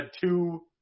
two